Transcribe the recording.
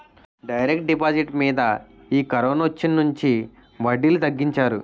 direct deposit మీద ఈ కరోనొచ్చినుంచి వడ్డీలు తగ్గించారు